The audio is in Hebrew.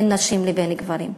בין נשים ובין גברים?